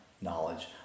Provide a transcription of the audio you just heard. knowledge